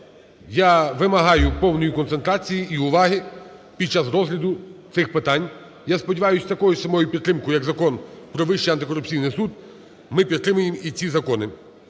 Я вимагаю повної концентрації і уваги під час розгляду цих питань. Я сподіваюсь на таку саму підтримку як Закон про Вищий антикорупційний суд, ми підтримаємо і ці закони.